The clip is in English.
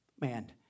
man